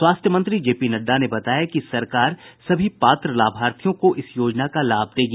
स्वास्थ्य मंत्री J P Nadda ने बताया कि सरकार सभी पात्र लाभार्थियों को इस योजना का लाभ देगी